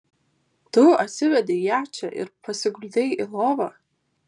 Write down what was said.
tu atsivedei ją čia ir pasiguldei į lovą